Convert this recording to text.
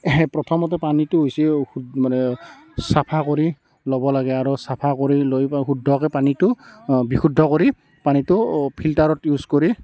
প্ৰথমতে পানীটো হৈছি মানে চাফা কৰি ল'ব লাগে আৰু আৰু চাফা কৰি লৈ শুদ্ধকৈ পানীটো বিশুদ্ধ কৰি পানীটো ফিল্টাৰত ইউজ কৰি